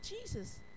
Jesus